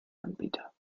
anbieter